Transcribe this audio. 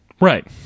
Right